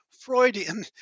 Freudian